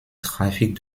trafic